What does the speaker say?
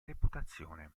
reputazione